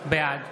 בעד